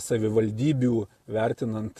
savivaldybių vertinant